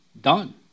Done